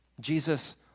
Jesus